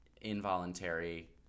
involuntary